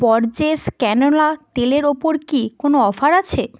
Borges canola তেলের ওপর কি কোনও অফার আছে